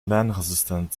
lernresistent